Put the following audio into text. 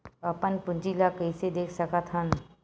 अपन पूंजी ला कइसे देख सकत हन?